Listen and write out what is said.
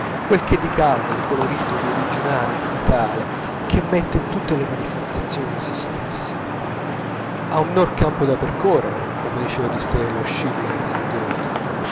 quel che di caldo di colorito di originale di vitale che mette in tutte le manifestazioni di sè stesso ha un minor campo da percorrere come diceva di sè lo schiller al